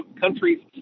countries